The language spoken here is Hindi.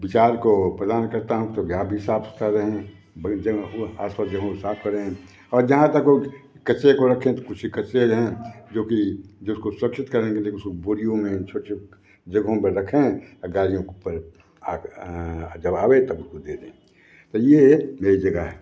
विचार को प्रदान करता हूँ आप लोग जहाँ भी साफ सुथरा रहें बहुत जगह हुआ आस पास जगहों को साफ करें और जहाँ तक हो कचरे को रखें तो कुछी कचरे हैं जोकि जिसको सुरक्षित करने के लिए उसको बोरियों में छोटे छोटे जगहों पर रखें गाड़ियों के ऊपर जब आवे तब उसको दे दें तो ये मेरी जगह है